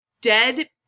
dead